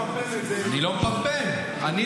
------ עוד פעם תנסה לפמפם את זה.